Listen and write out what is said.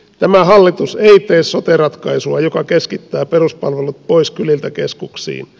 tämä hallitus ei tee sote ratkaisua joka keskittää peruspalvelut pois kyliltä keskuksiin